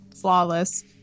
flawless